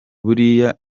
buriya